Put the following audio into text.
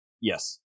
Yes